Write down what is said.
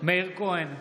מאיר כהן,